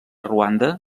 ruanda